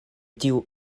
tiu